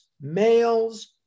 males